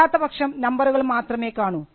അല്ലാത്തപക്ഷം നമ്പറുകൾ മാത്രമേ കാണൂ